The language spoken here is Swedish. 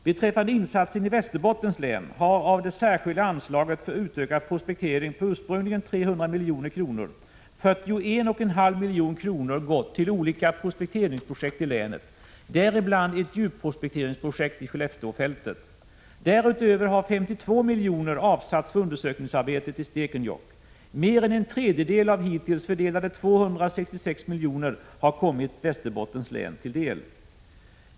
Beträffande insatserna i Västerbottens län har 41,5 milj.kr. av det särskilda anslaget för utökad prospektering på ursprungligen 300 milj.kr. gått till olika prospekteringsprojekt i länet, däribland ett djupprospekteringsprojekt i Skelleftefältet. Därutöver har 52 milj.kr. avsatts för undersökningsarbetet i Stekenjokk. Mer än en tredjedel av hittills fördelade 266 milj.kr. har kommit Västerbottens län till del.